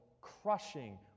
crushing